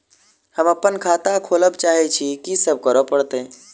हम अप्पन खाता खोलब चाहै छी की सब करऽ पड़त?